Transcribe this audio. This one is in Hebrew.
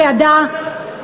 אצלנו או במצרים?